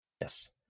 Yes